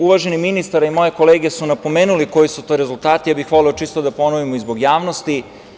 Uvaženi ministar i moje kolege su napomenuli koji su to rezultati, ja bih voleo čisto da ponovimo i zbog javnosti.